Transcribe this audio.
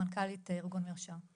מנכ"לית ארגון מרשם.